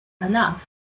enough